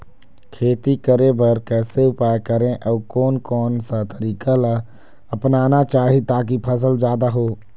खेती करें बर कैसे उपाय करें अउ कोन कौन सा तरीका ला अपनाना चाही ताकि फसल जादा हो?